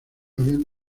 habían